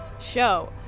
show